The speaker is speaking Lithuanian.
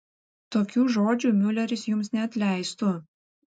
tokių žodžių miuleris jums neatleistų